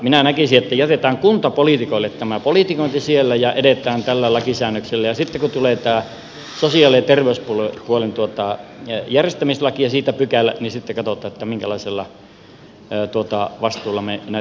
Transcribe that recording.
minä näkisin että jätetään kuntapoliitikoille tämä politikointi siellä ja edetään tällä lakisäännöksellä ja sitten kun tulee tämä sosiaali ja terveyspuolen järjestämislaki ja siitä pykälä niin sitten katsotaan minkälaisella vastuulla me näitä asioita hoidamme